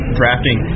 drafting